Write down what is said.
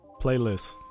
Playlists